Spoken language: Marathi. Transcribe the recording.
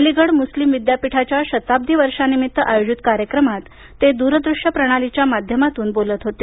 अलिगढ मुस्लिम विद्यापीठाच्या शताब्दी वर्षानिमित्त आयोजित कार्यक्रमात ते दूर दृष्य प्रणालीच्या माध्यमातून बोलत होते